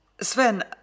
Sven